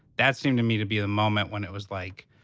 that seemed to me to be the moment when it was, like,